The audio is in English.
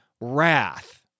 wrath